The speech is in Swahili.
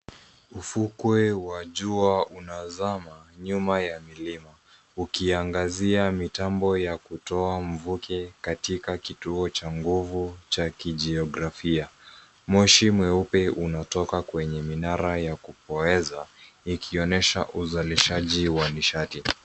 Ufukwa wa jua unazama nyuma ya kilima ukiangazia mitambo ya kutoa mivuke katika kituo cha nguvu cha kigeografia. Moshi mweupe unatoka kwenye minara ya kupoeza ikionyesha uzalishaji wa nishati.